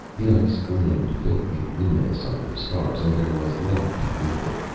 the ice gleamed, faintly luminous under the stars, and there was light beneath it,